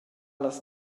las